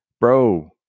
Bro